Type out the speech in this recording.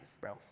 bro